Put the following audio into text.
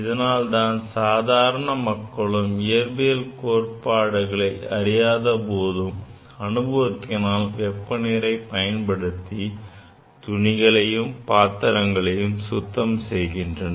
இதனால்தான் சாதாரண மக்களும் இயற்பியல் கோட்பாடுகளை அறியாத போதும் அனுபவத்தினால் வெந்நீரைப் பயன்படுத்தி துணிகளையும் பாத்திரங்களையும் சுத்தம் செய்து வருகின்றனர்